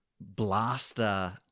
blaster